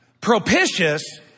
Propitious